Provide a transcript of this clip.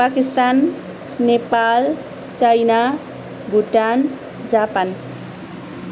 Pakistan Nepal China Bhutan Japan